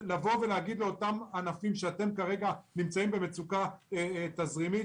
לתת מענה מיידי לעסקים שיש להם בעיה תזרימית.